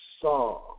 saw